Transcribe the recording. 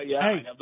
Hey